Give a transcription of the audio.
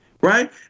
right